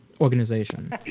organization